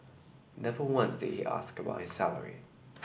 never once did he ask about his salary